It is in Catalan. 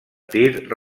tir